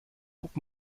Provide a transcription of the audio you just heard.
guck